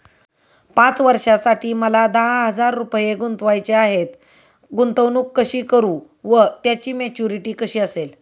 पाच वर्षांसाठी मला दहा हजार रुपये गुंतवायचे आहेत, गुंतवणूक कशी करु व त्याची मॅच्युरिटी कशी असेल?